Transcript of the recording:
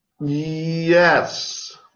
Yes